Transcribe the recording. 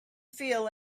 feel